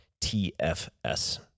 TFS